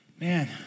man